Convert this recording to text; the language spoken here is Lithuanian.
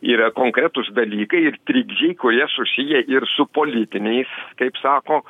yra konkretūs dalykai ir trikdžiai kurie susiję ir su politiniais kaip sako